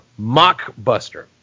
mockbuster